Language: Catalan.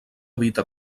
evita